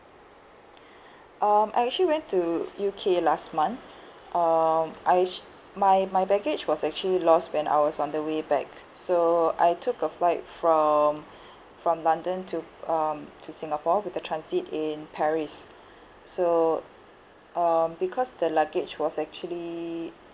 um I actually went to U_K last month um I sh~ my my baggage was actually lost when I was on the way back so I took a flight from from london to um to singapore with the transit in paris so um because the luggage was actually